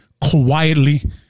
quietly